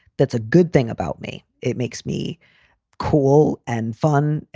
that's a good thing about me. it makes me cool and fun.